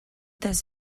does